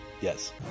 Yes